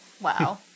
Wow